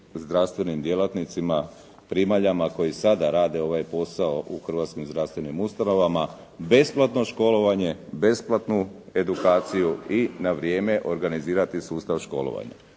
zdravstvenim djelatnicima primaljama koje sada rade ovaj posao u hrvatskim zdravstvenim ustanovama, besplatno školovanje, besplatnu edukaciju i na vrijeme organizirati sustav školovanja.